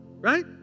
right